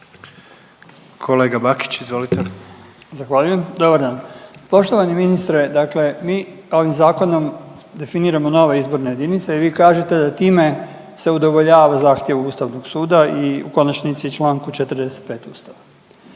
Damir (Možemo!)** Zahvaljujem. Dobar dan. Poštovani ministre, dakle mi ovim zakonom definiramo nove izborne jedinice i vi kažete da time se udovoljava zaštiti Ustavnog suda i u konačnici članku 45. Ustava.